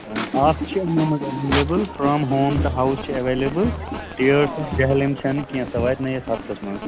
آ اَکھ چھِ یِمَو منٛزٕ available from home to house چھِ ایٚوَیلیبُل ٹیٲرٕس آف جہلم چھِنہٕ کیٚنٛہہ سۄ واتہِ نٔیِس ہفتَس منٛز